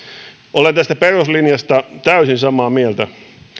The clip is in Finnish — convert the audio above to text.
olen tästä peruslinjasta täysin samaa mieltä